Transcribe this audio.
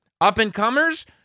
Up-and-comers